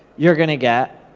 you're gonna get